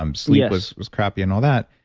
um sleep was was crappy and all that.